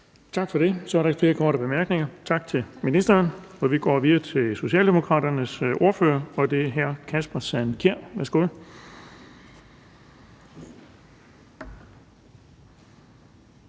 Tak for det. Så er der ikke flere korte bemærkninger. Tak til ministeren. Vi går videre til Socialdemokraternes ordfører, og det er hr. Kasper Sand Kjær. Værsgo.